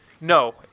No